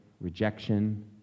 rejection